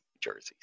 jerseys